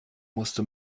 musste